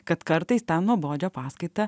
kad kartais tą nuobodžią paskaitą